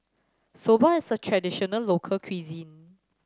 Soba is a traditional local cuisine